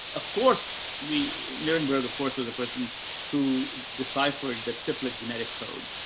of course we know where the force was, the person who deciphered the triplet genetic code,